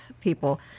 people